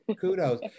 kudos